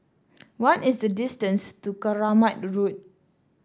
what is the distance to Keramat Road